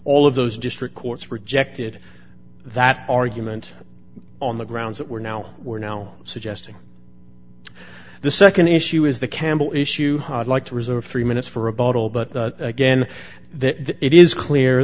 all of those district courts rejected that argument on the grounds that we're now we're now suggesting the nd issue is the camel issue like to reserve three minutes for a bottle but again that it is clear